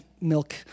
milk